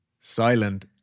Silent